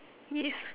yes